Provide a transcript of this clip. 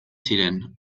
ziren